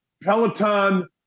Peloton